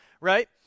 right